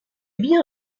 bien